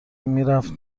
میرفت